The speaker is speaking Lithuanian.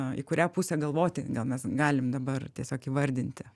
į kurią pusę galvoti gal mes galim dabar tiesiog įvardinti